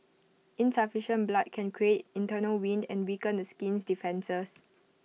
insufficient blood can create internal wind and weaken the skin's defences